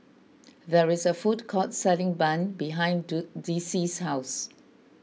there is a food court selling Bun behind do Dicie's house